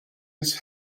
its